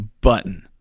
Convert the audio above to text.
button